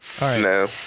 No